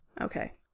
Okay